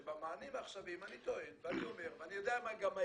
שבמענים העכשוויים אני טוען ואני אומר ואני יודע גם מה יקרה.